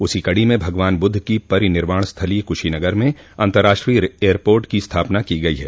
उसी कड़ी में भगवान बुद्ध की परिनिर्वाण स्थलीय क्रशीनगर में अंतर्राष्ट्रीय एयरपोर्ट की स्थापना की गई है